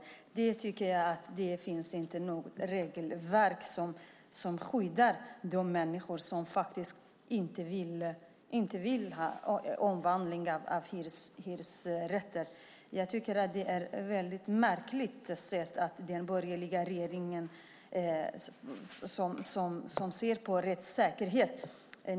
Jag tycker inte att det finns något regelverk som skyddar de människor som faktiskt inte vill ha en omvandling av hyresrätterna mot detta. Jag tycker att det är en väldigt märklig syn på rättssäkerhet av den borgerliga regeringen.